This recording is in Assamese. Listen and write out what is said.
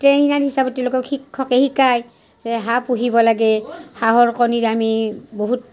ট্ৰেইনাৰ হিচাপে তেওঁলোকক শিক্ষকে শিকায় যে হাঁহ পুহিব লাগে হাঁহৰ কণীৰ আমি বহুত